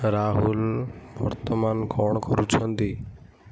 ରାହୁଲ ବର୍ତ୍ତମାନ କ'ଣ କରୁଛନ୍ତି